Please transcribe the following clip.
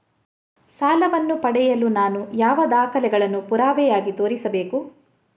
ಸಾಲವನ್ನು ಪಡೆಯಲು ನಾನು ಯಾವ ದಾಖಲೆಗಳನ್ನು ಪುರಾವೆಯಾಗಿ ತೋರಿಸಬೇಕು?